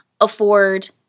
afford